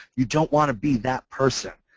you don't want to be that person.